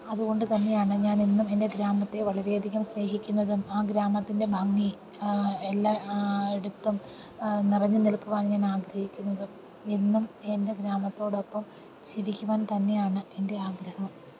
അതുകൊണ്ട് തന്നെയാണ് ഞാൻ ഇന്നും എൻ്റെ ഗ്രാമത്തെ വളരെ അധികം സ്നേഹിക്കുന്നതും ആ ഗ്രാമത്തിൻ്റെ ഭംഗി എല്ല എടുത്തും നിറഞ്ഞ് നിൽക്കുവാൻ ഞാൻ ആഗ്രഹിക്കുന്നതും എന്നും എൻ്റെ ഗ്രാമത്തോടൊപ്പം ജിവിക്കുവാൻ തന്നെയാണ് എൻ്റെ ആഗ്രഹം